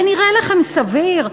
זה נראה לכם סביר?